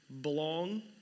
belong